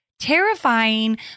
terrifying